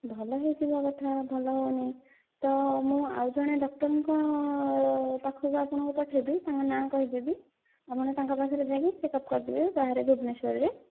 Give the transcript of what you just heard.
ଭଲ ହେଇଯିବା କଥା ଭଲ ହେଉନି ତ ମୁଁ ଆଉ ଜଣେ ଡ଼କ୍ଟରଙ୍କ ପାଖକୁ ଆପଣଙ୍କୁ ପଠେଇବି ତାଙ୍କ ନାଁ କହିଦେବି ଆପଣ ତାଙ୍କ ପାଖରେ ଯାଇକି ଚେକ୍ଅପ୍ କରିଦେବେ ବାହାରେ ଭୁବନେଶ୍ୱରରେ